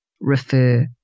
refer